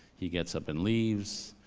he gets up and leaves.